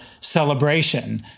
celebration